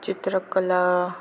चित्रकला